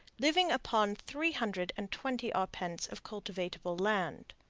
living upon three hundred and twenty arpents of cultivable land.